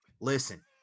Listen